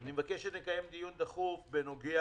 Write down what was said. אני מבקש שנקיים דיון דחוף בנוגע